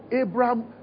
Abraham